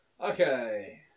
Okay